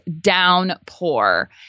downpour